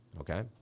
okay